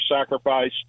sacrifice